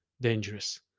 Dangerous